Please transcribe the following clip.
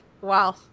Wow